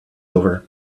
over